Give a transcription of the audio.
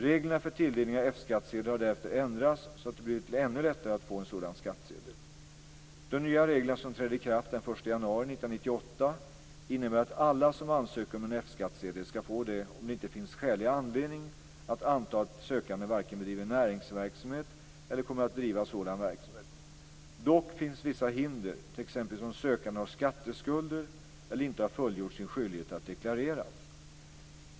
Reglerna för tilldelning av F-skattsedel har därefter ändrats så att det blivit ännu lättare att få en sådan skattsedel. 1998, innebär att alla som ansöker om en F-skattsedel skall få det om det inte finns skälig anledning att anta att sökanden varken bedriver näringsverksamhet eller kommer att bedriva sådan verksamhet. Dock finns vissa hinder, t.ex. om sökanden har skatteskulder eller inte har fullgjort sin skyldighet att deklarera.